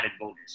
bonus